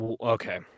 Okay